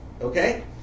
Okay